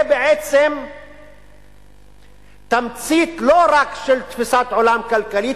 זה בעצם תמצית לא רק של תפיסת עולם כלכלית,